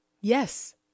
Yes